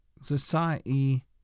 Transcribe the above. Society